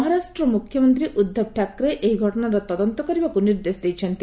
ମହାରାଷ୍ଟ୍ର ମୁଖ୍ୟମନ୍ତ୍ରୀ ଉଦ୍ଧବ ଠାକ୍ରେ ଏହି ଘଟଣାର ତଦନ୍ତ କରିବାକୁ ନିର୍ଦ୍ଦେଶ ଦେଇଛନ୍ତି